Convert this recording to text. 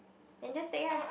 then just take ah